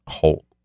cult